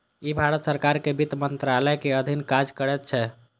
ई भारत सरकार के वित्त मंत्रालयक अधीन काज करैत छै